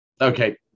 okay